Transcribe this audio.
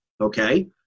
Okay